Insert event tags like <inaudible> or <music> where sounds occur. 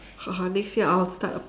<laughs> next year I'll start a